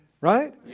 Right